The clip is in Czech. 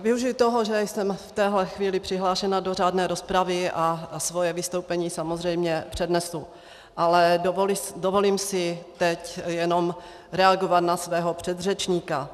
Využiji toho, že jsem v téhle chvíli přihlášena do řádné rozpravy, a svoje vystoupení samozřejmě přednesu, ale dovolím si teď jenom reagovat na svého předřečníka.